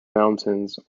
mountains